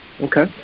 Okay